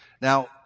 Now